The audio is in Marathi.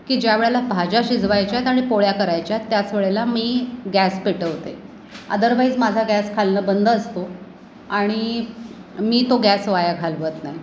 की ज्या वेळेला भाज्या शिजवायच्या आहेत आणि पोळ्या करायच्या आहेत त्याच वेळेला मी गॅस पेटवते अदरवाईज माझा गॅस खालून बंद असतो आणि मी तो गॅस वाया घालवत नाही